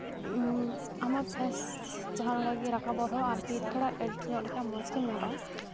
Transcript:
ᱟᱢᱟᱜ ᱯᱷᱮᱹᱥ ᱡᱟᱦᱟᱸᱞᱮᱠᱟ ᱜᱮ ᱨᱟᱠᱟᱵᱚᱜ ᱨᱮᱦᱚᱸ ᱟᱨᱠᱤ ᱛᱷᱚᱲᱟ ᱤᱰᱤᱴ ᱧᱚᱜ ᱞᱮᱠᱷᱟᱱ ᱢᱚᱡᱽ ᱜᱮᱢ ᱧᱮᱞᱚᱜᱼᱟ